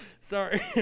Sorry